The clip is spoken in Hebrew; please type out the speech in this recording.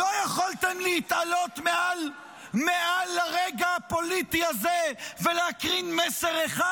לא יכולתם להתעלות מעל הרגע הפוליטי הזה ולהקרין מסר אחד?